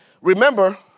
Remember